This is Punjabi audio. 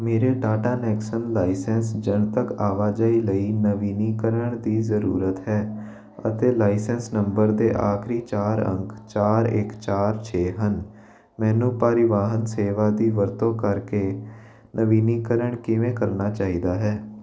ਮੇਰੇ ਟਾਟਾ ਨੈਕਸਨ ਲਾਇਸੈਂਸ ਜਨਤਕ ਆਵਾਜਾਈ ਲਈ ਨਵੀਨੀਕਰਨ ਦੀ ਜ਼ਰੂਰਤ ਹੈ ਅਤੇ ਲਾਇਸੈਂਸ ਨੰਬਰ ਦੇ ਆਖਰੀ ਚਾਰ ਅੰਕ ਚਾਰ ਇੱਕ ਚਾਰ ਛੇ ਹਨ ਮੈਨੂੰ ਪਰਿਵਾਹਨ ਸੇਵਾ ਦੀ ਵਰਤੋਂ ਕਰਕੇ ਨਵੀਨੀਕਰਨ ਕਿਵੇਂ ਕਰਨਾ ਚਾਹੀਦਾ ਹੈ